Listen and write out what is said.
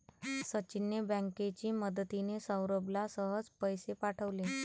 सचिनने बँकेची मदतिने, सौरभला सहज पैसे पाठवले